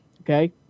okay